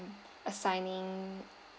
assigning